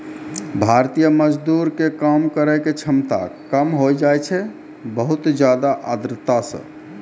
भारतीय मजदूर के काम करै के क्षमता कम होय जाय छै बहुत ज्यादा आर्द्रता सॅ